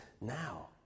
now